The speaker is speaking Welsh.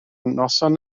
noson